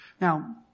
Now